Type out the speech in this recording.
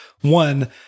one